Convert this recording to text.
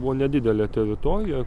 buvo nedidelė teritorija